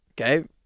Okay